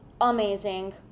amazing